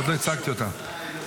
עוד לא הצגתי אותה.